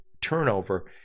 turnover